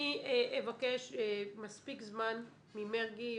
אני אבקש מספיק זמן ממרגי,